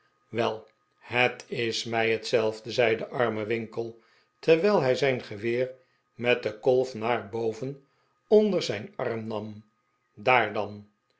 wel het is mij hetzelfde zei de arme winkle terwijl hij zijn geweer met den kolf naar boven onder zijn arm nam daar dan